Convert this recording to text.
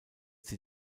sie